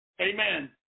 amen